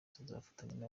tuzafatanya